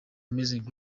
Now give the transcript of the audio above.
amazing